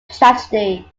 tragedy